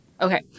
Okay